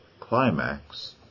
climax